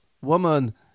woman